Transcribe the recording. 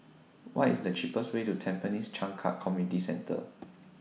What IS The cheapest Way to Tampines Changkat Community Centre